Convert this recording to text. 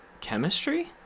Chemistry